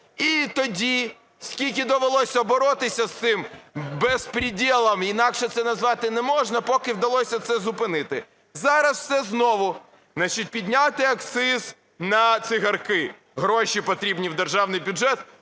І тоді скільки довелося боротися з цим безпредєлом, інакше це назвати не можна. Поки вдалося це зупинити. Зараз все знову, значить, підняти акциз на цигарки, гроші потрібні в державний бюджет.